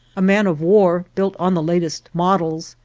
a man-of-war, built on the latest models,